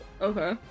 Okay